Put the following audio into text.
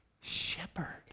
shepherd